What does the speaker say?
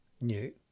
new